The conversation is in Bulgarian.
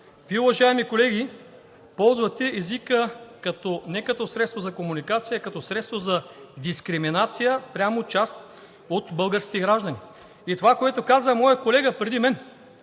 Вие, уважаеми колеги, ползвате езика не като средство за комуникация, а като средство за дискриминация спрямо част от българските граждани. Това, което каза моят колега преди мен,